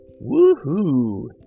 Woo-hoo